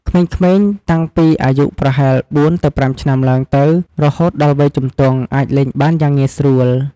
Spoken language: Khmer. ក្មេងៗតាំងពីអាយុប្រហែល ៤-៥ ឆ្នាំឡើងទៅ រហូតដល់វ័យជំទង់អាចលេងបានយ៉ាងងាយស្រួល។